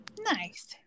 Nice